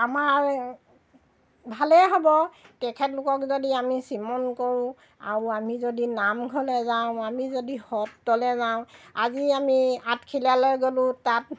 আমাৰ আৰু ভালেই হ'ব তেখেতলোকক যদি আমি স্মৰণ কৰোঁ আৰু আমি যদি নামঘৰলৈ যাওঁ আমি যদি সত্ৰলৈ যাওঁ আজি আমি আঠেখেলীয়ালৈ গ'লোঁ তাত